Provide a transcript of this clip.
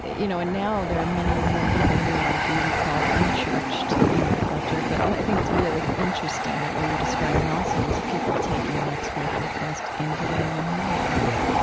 you know, and now, there are many more people who we would called unchurched in our culture, but, oh, i think it's really interesting that what you're describing also is people taking that spiritual quest into their own hands you bet.